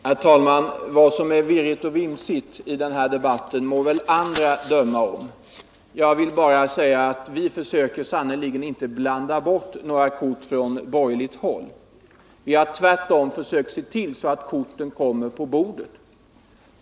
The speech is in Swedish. Herr talman! Vad som är virrigt och vimsigt i den här debatten må väl andra döma om. Jag vill bara säga att vi på borgerligt håll sannerligen inte försöker blanda bort några kort. Vi har tvärtom försökt se till att korten kommer på bordet.